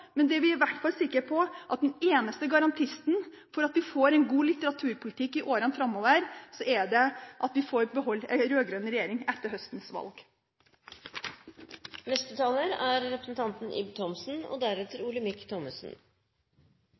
Men det vi i hvert fall er sikre på, er at den eneste garantien for at vi får en god litteraturpolitikk i årene framover, er at vi får beholde en rød-grønn regjering etter høstens valg. I dag reguleres det norske bokmarkedet gjennom en bokavtale. Nå skal den erstattes med en lov. Bokmarkedet er stort og